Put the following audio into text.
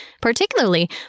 particularly